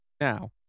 Now